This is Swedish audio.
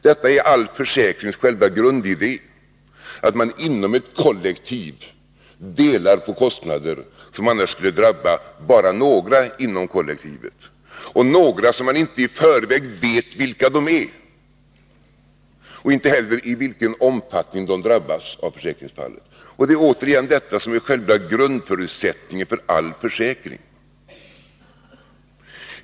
Detta är all försäkrings själva grundidé, att inom ett kollektiv dela på kostnaden som annars skulle drabba bara några inom kollektivet, och några som man inte i förväg vet vilka de är och inte heller i vilken omfattning de drabbas av försäkringsfallet. Det är återigen detta som är själva grundförutsättningen för all försäkring.